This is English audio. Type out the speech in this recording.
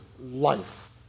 life